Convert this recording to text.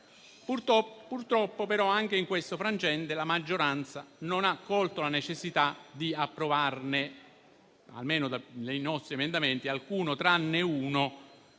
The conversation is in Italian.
Purtroppo, però, anche in questo frangente la maggioranza non ha colto la necessità di approvarne almeno qualcuno